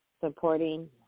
supporting